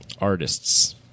Artists